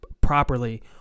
properly